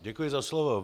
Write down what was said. Děkuji za slovo.